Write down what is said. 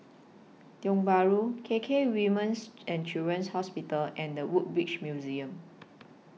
Tiong Bahru K K Women's and Children's Hospital and The Woodbridge Museum